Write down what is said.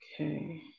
Okay